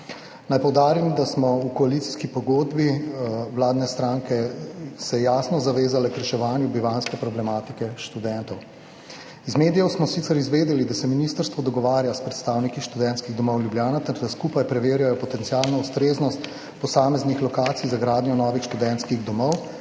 Naj poudarim, da smo se v koalicijski pogodbi vladne stranke jasno zavezale k reševanju bivanjske problematike študentov. Iz medijev smo sicer izvedeli, da se ministrstvo dogovarja s predstavniki Študentskega doma Ljubljana ter da skupaj preverjajo potencialno ustreznost posameznih lokacij za gradnjo novih študentskih domov,